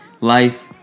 life